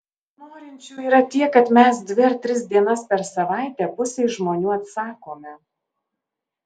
norinčių yra tiek kad mes dvi ar tris dienas per savaitę pusei žmonių atsakome